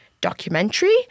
documentary